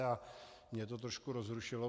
A mě to trošku rozrušilo.